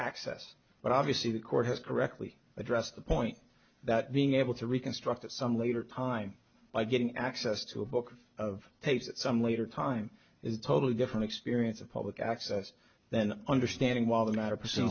access but obviously the court has correctly address the point that being able to reconstruct at some later time by getting access to a book of tapes at some later time is a totally different experience of public access then understanding why the matter